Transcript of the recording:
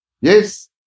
Yes